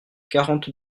quarante